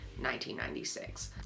1996